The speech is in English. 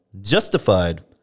justified